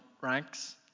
ranks